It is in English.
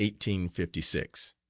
fifty six.